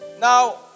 Now